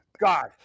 God